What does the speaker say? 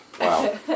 Wow